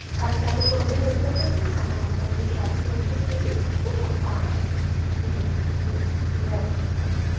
बाकी तव्हां कोई बि दिक़तु हुजे तव्हां असांजी शोप ते अचो पहिरीं ठीकु आहे तव्हां जी जी जय झूलेलाल